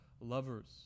lovers